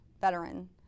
veteran